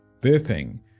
Burping